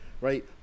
right